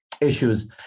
issues